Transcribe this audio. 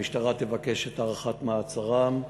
המשטרה תבקש את הארכת מעצרם.